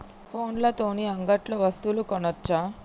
ఫోన్ల తోని అంగట్లో వస్తువులు కొనచ్చా?